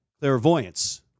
clairvoyance